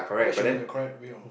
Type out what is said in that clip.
that should be the correct way of